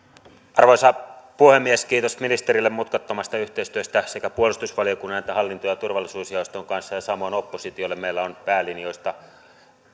arvoisa puhemies kiitos ministerille mutkattomasta yhteistyöstä sekä puolustusvaliokunnan että hallinto ja turvallisuusjaoston kanssa ja samoin oppositiolle meillä on päälinjoista